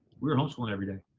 we were homeschooling every day.